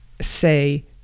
say